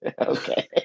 Okay